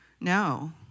no